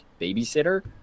babysitter